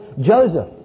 Joseph